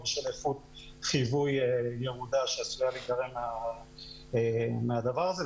או בשל איכות חיווי ירודה שעשויה להיגרם מהדבר הזה,